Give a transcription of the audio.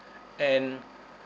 and